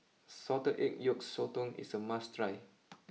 Salted Egg Yolk Sotong is a must try